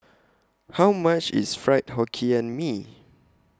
How much IS Fried Hokkien Mee